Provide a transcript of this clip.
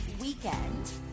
weekend